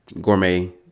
gourmet